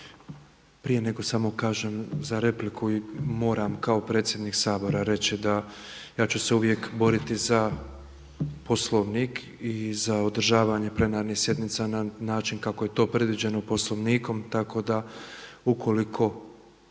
Prije nego samo kažem za repliku moram kao predsjednik Sabora reći da ja ću se uvijek boriti za Poslovnik i za održavanje plenarnih sjednica na način kako je to predviđeno Poslovnikom, tako da ukoliko